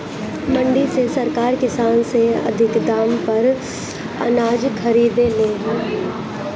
मंडी में सरकार किसान से अधिका दाम पर अनाज खरीदे ले